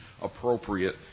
appropriate